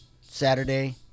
Saturday